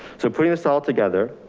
so putting this all together.